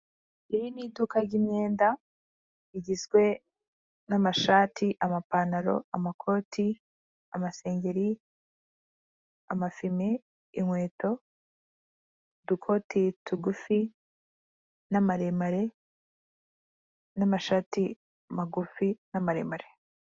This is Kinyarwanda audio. Iri ni iduka ry'imyenda rigizwe n'amashati, amapantaro, amakoti, amasengeri, amafime, inkweto, udukoti tugufi, amaremare n'amashati magufi n'amaremare.